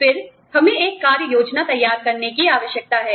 फिर हमें एक कार्य योजना तैयार करने की आवश्यकता है